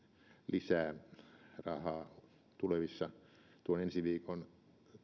lisää rahaa tulevissa tuon ensi viikon